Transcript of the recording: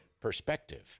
perspective